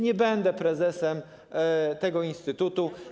Nie będę prezesem tego instytutu.